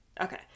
Okay